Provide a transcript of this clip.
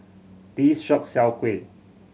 this shop sell kuih